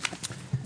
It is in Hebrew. התיקון?